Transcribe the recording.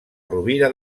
rovira